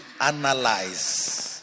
analyze